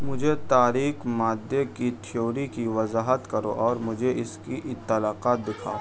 مجھے تاریک مادے کی تھیوری کی وضاحت کرو اور مجھے اس کی اطلاقات دکھاؤ